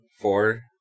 four